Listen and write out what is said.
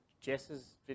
Jess's